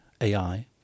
AI